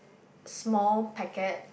small packet